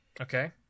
Okay